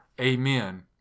amen